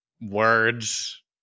words